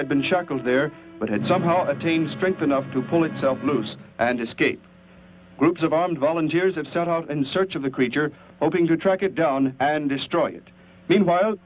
had been chuckles there but had somehow a team strength enough to pull itself loose and escape groups of armed volunteers have set off in search of the creature hoping to track it down and destroy it meanwhile